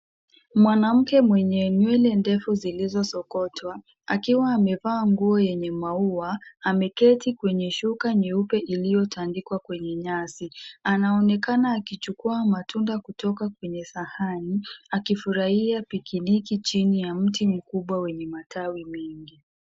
Mwanamke mwenye nywele ndefu zilizosokotwa, akiwa amevaa nguo yenye maua, ameketi kwenye shuka nyeupe iliyotandikwa kwenye nyasi. Anaonekana akichukua matunda kutoka kwenye sahani, akifurahia pikiniki chini ya mti mkubwa wenye majani.